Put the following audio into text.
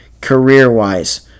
career-wise